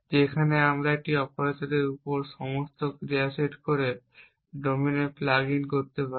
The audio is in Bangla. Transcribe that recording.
যেখানে আমরা একটি অপারেটরের উপর সমস্ত ক্রিয়া সেট করে ডোমেনে প্লাগ ইন করতে পারি